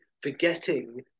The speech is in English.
forgetting